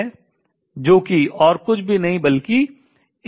है जो कि और कुछ भी नहीं बल्कि है